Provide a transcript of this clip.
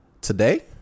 today